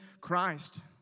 Christ